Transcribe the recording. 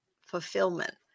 fulfillment